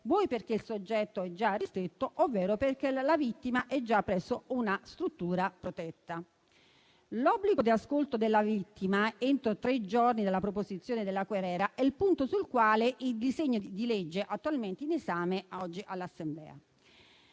perché il soggetto è già ristretto ovvero perché la vittima è già presso una struttura protetta. L'obbligo di ascolto della vittima entro tre giorni dalla proposizione della querela è il punto centrale sul quale incide il disegno di legge oggi all'esame dell'Assemblea.